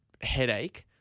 headache